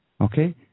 Okay